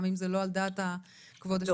גם אם זה לא על דעת כבוד השופטת.